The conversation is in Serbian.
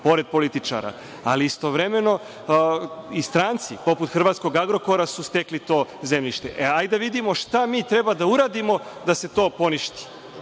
pored političara. Istovremeno i stranci, poput hrvatskog „Agrokora“, su stekli to zemljište. Hajde da vidimo šta mi treba da uradimo da se to poništi,